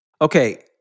Okay